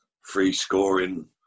free-scoring